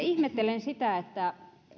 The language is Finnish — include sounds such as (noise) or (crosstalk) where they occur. (unintelligible) ihmettelen sitä että